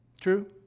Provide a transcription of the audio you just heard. True